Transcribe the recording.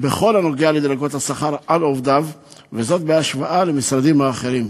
בכל הקשור לדרגות השכר של עובדיו בהשוואה למשרדים האחרים.